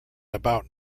about